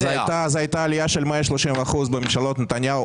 הייתה עלייה של 130% בממשלות נתניהו,